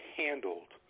handled